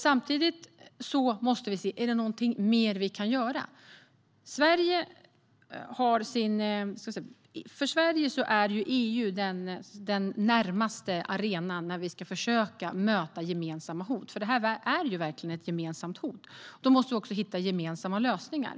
Samtidigt måste vi se om det finns någonting mer vi kan göra. För Sverige är EU den närmaste arenan när det gäller att försöka möta gemensamma hot. Det här är verkligen ett gemensamt hot, och då måste vi också hitta gemensamma lösningar.